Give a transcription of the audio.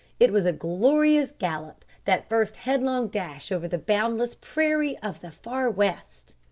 it was a glorious gallop, that first headlong dash over the boundless prairie of the far west!